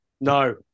No